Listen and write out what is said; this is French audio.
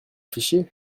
fichier